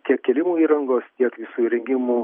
tiek kėlimo įrangos tiek visų įrengimų